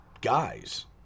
guys